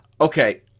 Okay